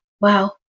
wow